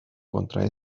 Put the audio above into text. contra